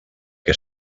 què